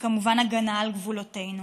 וכמובן הגנה על גבולותינו.